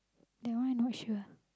that one not sure